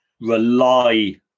rely